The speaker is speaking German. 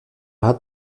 hat